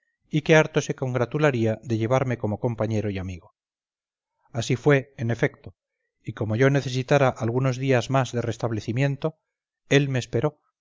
y que harto se congratularía de llevarme como compañero y amigo así fue en efecto y como yo necesitara algunos días más de restablecimiento él me esperó